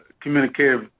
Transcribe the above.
communicative